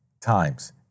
times